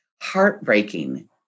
heartbreaking